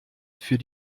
für